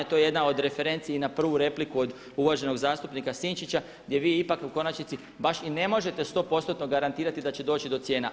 To je jedna od referenci i na prvu repliku od uvaženog zastupnika Sinčića, gdje vi ipak u konačnici baš i ne možete sto postotno garantirati da će doći do cijena.